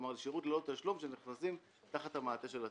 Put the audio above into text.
ברגע שהם נכנסים תחת המעטה של הצבא.